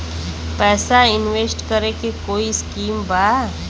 पैसा इंवेस्ट करे के कोई स्कीम बा?